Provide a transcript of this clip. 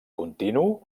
continu